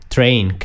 Train